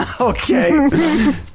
Okay